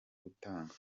gutanga